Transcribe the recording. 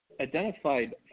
identified